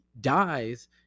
dies